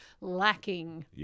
lacking